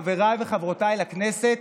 חבריי וחברותיי לכנסת,